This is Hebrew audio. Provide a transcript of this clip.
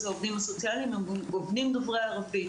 אז העובדים הסוציאליים הם דוברי ערבית.